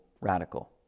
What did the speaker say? radical